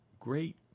great